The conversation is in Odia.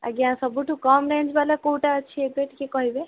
ଆଜ୍ଞା ସବୁଠୁ କମ୍ ରେଞ୍ଜ୍ ବାଲା କେଉଁଟା ଅଛି ଏବେ ଟିକେ କହିବେ